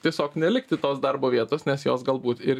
tiesiog nelikti tos darbo vietos nes jos galbūt ir